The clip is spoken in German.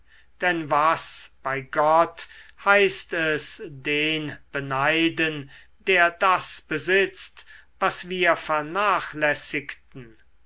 denn was bei gott heißt es den beneiden der das besitzt was wir vernachlässigten